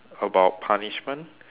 about punishment